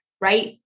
Right